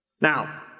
Now